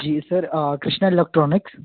ji sir Krishna electronics